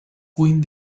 quinn